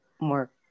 more